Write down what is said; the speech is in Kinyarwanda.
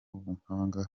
ubuhanga